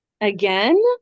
Again